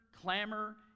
clamor